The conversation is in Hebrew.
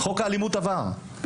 חוק האלימות עבר.